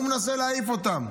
הוא מנסה להעיף אותם,